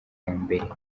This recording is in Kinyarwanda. hambere